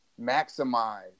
maximize